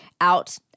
out